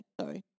sorry